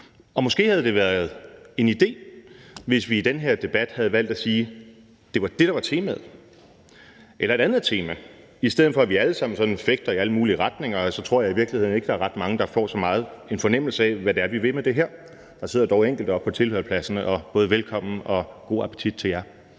Måske havde det være en idé, hvis vi i den her debat havde valgt at sige, at det var det, der var temaet, eller havde valgt et andet tema, i stedet for at vi alle sammen sådan fægter i alle mulige retninger, for så tror jeg i virkeligheden ikke, der er ret mange, der får ret meget fornemmelse af, hvad det er, vi vil med det her. Der sidder dog enkelte oppe på tilhørerpladserne: Velkommen, og god appetit til jer.